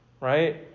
Right